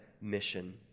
mission